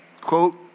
Quote